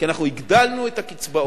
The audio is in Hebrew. כי אנחנו הגדלנו את הקצבאות.